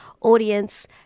audience